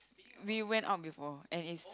we went out before and it's